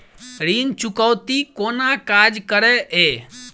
ऋण चुकौती कोना काज करे ये?